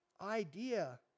idea